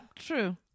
True